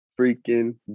freaking